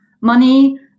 money